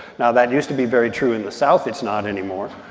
now, that used to be very true in the south. it's not anymore.